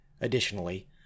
Additionally